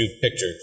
pictures